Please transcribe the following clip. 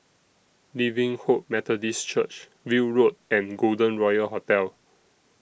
Living Hope Methodist Church View Road and Golden Royal Hotel